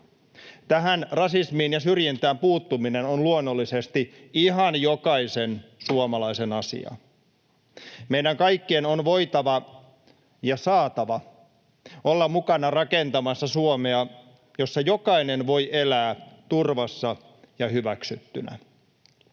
Rasismiin ja syrjintään puuttuminen on luonnollisesti ihan jokaisen suomalaisen asia. Meidän kaikkien on voitava ja saatava olla mukana rakentamassa Suomea, jossa jokainen voi elää turvassa ja hyväksyttynä.